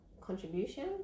contribution